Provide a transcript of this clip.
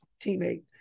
teammate